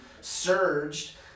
surged